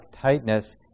tightness